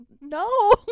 no